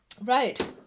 Right